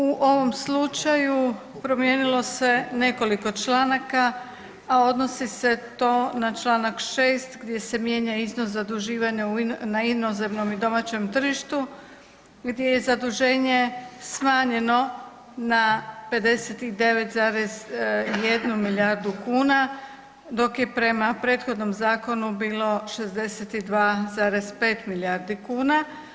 U ovom slučaju promijenilo se nekoliko članaka, a odnosi se to na Članak 6. gdje se mijenja iznos zaduživanja na inozemnom i domaćem tržištu gdje je zaduženje smanjeno na 59,1 milijardu kuna, dok je prema prethodnom zakonu bilo 62,5 milijardi kuna.